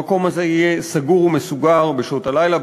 המקום הזה יהיה סגור ומסוגר בשעות הלילה,